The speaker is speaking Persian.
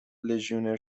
لژیونر